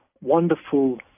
wonderful